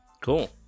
Cool